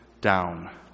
down